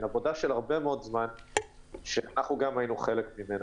עבודה של הרבה מאוד זמן שאנחנו גם היינו חלק ממנה,